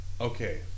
okay